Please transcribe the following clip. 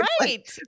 Right